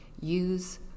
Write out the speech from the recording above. use